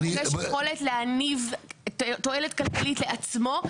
איפה הוא פוגש יכולת להניב תועלת כלכלית לעצמו.